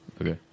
Okay